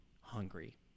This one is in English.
hungry